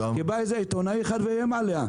כי בא עיתונאי אחד ואיים עליה.